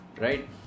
right